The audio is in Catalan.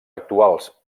actuals